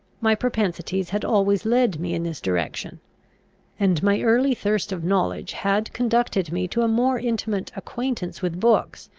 my propensities had always led me in this direction and my early thirst of knowledge had conducted me to a more intimate acquaintance with books,